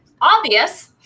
obvious